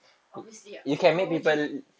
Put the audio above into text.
obviously ah or would you